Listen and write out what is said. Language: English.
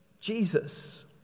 Jesus